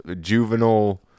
juvenile